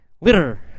Litter